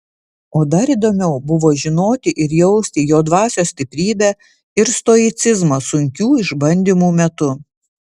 o dar įdomiau buvo žinoti ir jausti jo dvasios stiprybę ir stoicizmą sunkių išbandymų metu